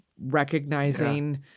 recognizing